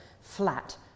flat